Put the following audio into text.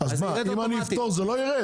אם נפתור אותה, זה לא ירד?